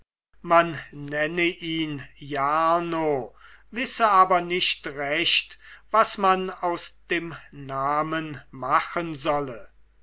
man nenne ihn jarno wisse aber nicht recht was man aus dem namen machen solle